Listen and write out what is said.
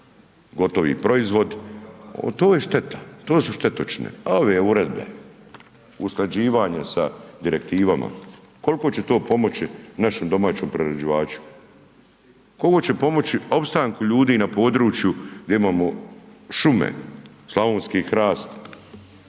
gotovi proizvod, oto je šteta, to su štetočine, a ove uredbe usklađivanje sa direktivama, koliko će to pomoći našem domaćem prerađivaču? Koliko će pomoći opstanku ljudi na području gdje imamo šume, slavonski hrast,